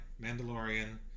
Mandalorian